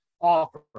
offer